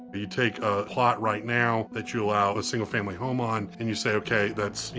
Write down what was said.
you take a plot right now that you allow a single family home on, and you say, okay, that's, you